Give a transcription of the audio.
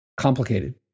complicated